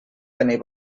tenir